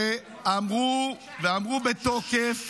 שאמרו, ואמרו בתוקף